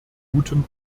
gutem